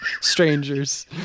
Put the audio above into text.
strangers